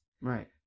Right